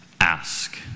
ask